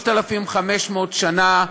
מדינה שלנו.